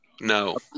No